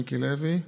מיקי לוי,